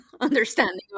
understanding